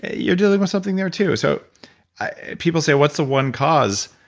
you're dealing with something there too so people say, what's the one cause?